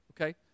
Okay